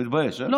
אתה מתבייש, הא?